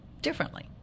differently